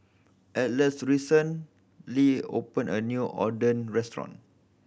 Atlas recently opened a new Oden restaurant